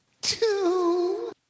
Two